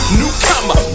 newcomer